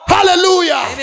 Hallelujah